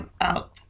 out